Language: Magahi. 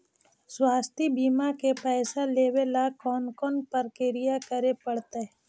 स्वास्थी बिमा के पैसा लेबे ल कोन कोन परकिया करे पड़तै?